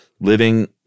living